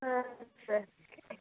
ಹಾಂ ಸರ್